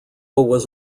was